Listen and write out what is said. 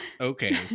Okay